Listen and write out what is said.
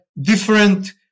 different